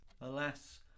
Alas